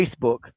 Facebook